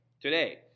today